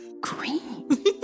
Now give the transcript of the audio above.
green